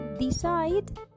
decide